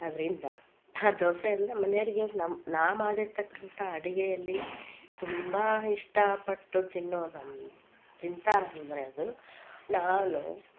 ಅದರಿಂದ ಆ ದೋಸೆಯಂದರೆ ಮನೆಯವರಿಗೆ ನಾ ನಾ ಮಾಡಿರ್ತಕ್ಕಂಥ ಅಡಿಗೆಯಲ್ಲಿ ತುಂಬಾ ಇಷ್ಟ ಪಟ್ಟು ತಿನ್ನೋದನ್ನ ತಿಂತಾರಂದರೆ ಅದು ನಾನು